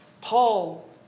Paul